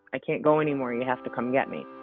i can't go anymore. you have to come and get me.